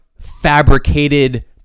fabricated